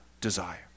desire